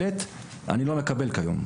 אני לא מקבל כיום.